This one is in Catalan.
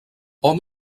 hom